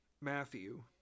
Matthew